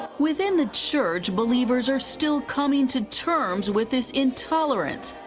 within the church, believers are still coming to terms with this intolerance.